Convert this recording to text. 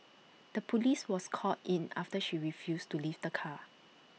the Police was called in after she refused to leave the car